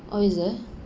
oh is it